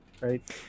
right